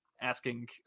asking